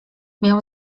miał